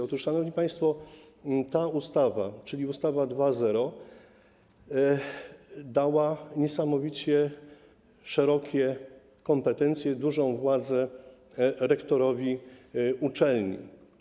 Otóż, szanowni państwo, ta ustawa, czyli ustawa 2.0, dała niesamowicie szerokie kompetencje, dużą władzę rektorowi uczelni.